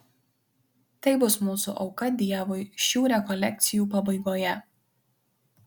tai bus mūsų auka dievui šių rekolekcijų pabaigoje